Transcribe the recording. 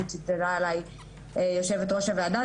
כי צלצלה אליי יושבת ראש הוועדה.